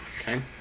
Okay